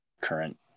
current